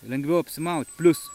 lengviau apsimaut plius